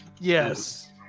Yes